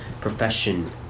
profession